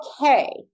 okay